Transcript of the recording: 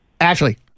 Ashley